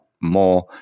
more